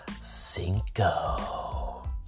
cinco